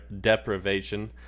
deprivation